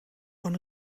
von